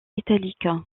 italique